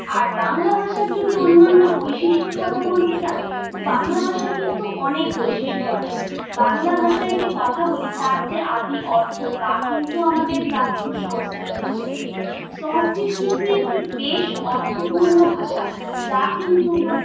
আর বাংলা ভাষার যদি অন্য অন্য বৈশিষ্ট্যর কথা বলতে চান তো বাংলা ভাষার কিন্তু অনেক বৈশিষ্ট্য আছে বাংলা ভাষায় যে কথা বলি তার যে আদি অর্থ তা কিন্তু আমাদের প্রাপ্ত সংস্কৃত ভাষা থেকে সংস্কৃত কিন্তু একটি বেশ অর্থপূর্ণ ভাষা যা কিন্তু প্রত্যেকটি